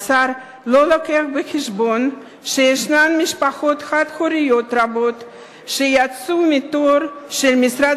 השר לא מביא בחשבון שישנן משפחות חד-הוריות רבות שיצאו מהתור של משרד